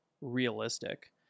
realistic